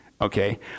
okay